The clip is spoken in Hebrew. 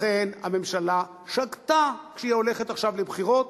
לכן הממשלה שוגה כשהיא הולכת עכשיו לבחירות,